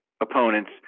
opponents